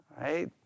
right